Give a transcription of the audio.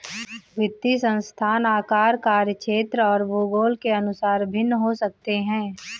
वित्तीय संस्थान आकार, कार्यक्षेत्र और भूगोल के अनुसार भिन्न हो सकते हैं